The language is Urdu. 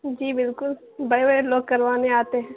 جی بالکل بڑے بڑے لوگ کروانے آتے ہیں